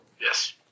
Yes